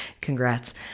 Congrats